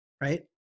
right